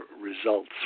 results